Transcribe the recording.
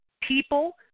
People